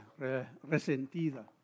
resentida